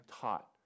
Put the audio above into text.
taught